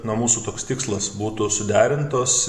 na mūsų toks tikslas būtų suderintos